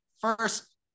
first